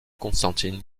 constantin